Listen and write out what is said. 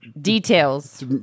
Details